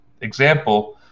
example